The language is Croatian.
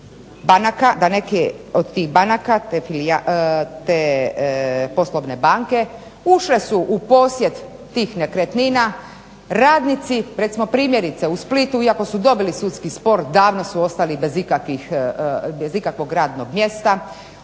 da neke od tih banaka te poslovne banke ušle su u posjed tih nekretnina, radnici, recimo primjerice u Splitu iako su dobili sudski spor, davno su ostali bez ikakvog radnog mjesta.